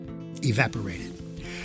evaporated